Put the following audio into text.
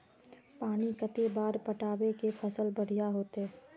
पानी कते बार पटाबे जे फसल बढ़िया होते?